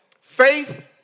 Faith